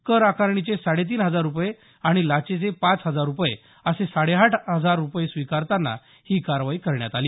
कर आकारणीचे साडे तीन हजार रुपये आणि लाचेचे पाच हजार रुपये असे साडेआठ हजार रुपये स्विकारताना ही कारवाई करण्यात आली